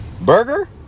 burger